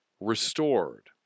restored